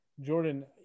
Jordan